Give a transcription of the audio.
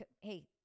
Hey